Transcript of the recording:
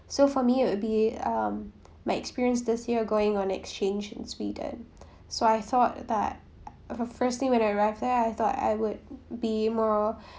so for me would be um my experience this year going on exchange in sweden so I thought that at the first thing when I arrived there I thought I would be more